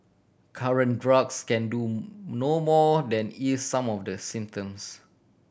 current drugs can do no more than ease some of the symptoms